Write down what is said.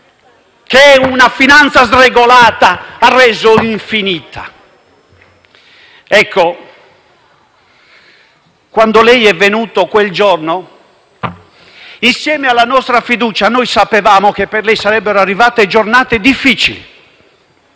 che una finanza sregolata ha reso infinita. Ecco, quando lei è venuto quel giorno, insieme alla nostra fiducia noi sapevamo che per lei sarebbero arrivate giornate difficili,